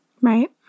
Right